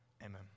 amen